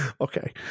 Okay